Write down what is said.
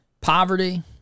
poverty